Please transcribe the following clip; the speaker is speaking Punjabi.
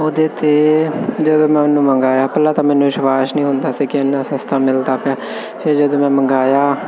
ਉਹਦੇ 'ਤੇ ਜਦ ਮੈਂ ਉਹਨੂੰ ਮੰਗਵਾਇਆ ਪਹਿਲਾਂ ਤਾਂ ਮੈਨੂੰ ਵਿਸ਼ਵਾਸ ਨਹੀਂ ਹੁੰਦਾ ਸੀ ਕਿ ਇੰਨਾ ਸਸਤਾ ਮਿਲਦਾ ਪਿਆ ਫਿਰ ਜਦੋਂ ਮੈਂ ਮੰਗਵਾਇਆ